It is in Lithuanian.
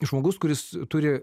žmogus kuris turi